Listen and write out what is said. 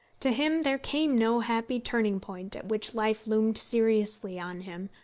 to him there came no happy turning-point at which life loomed seriously on him,